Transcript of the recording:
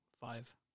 Five